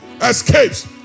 escapes